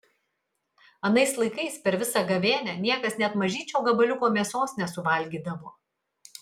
anais laikais per visą gavėnią niekas net mažyčio gabaliuko mėsos nesuvalgydavo